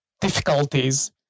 difficulties